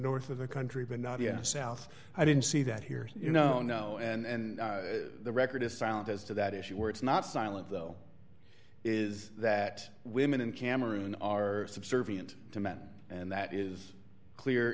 north of the country but not yet south i don't see that here you know no and the record is silent as to that issue where it's not silent though is that women in cameroon are subservient to men and that is clear